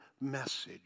message